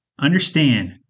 Understand